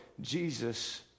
Jesus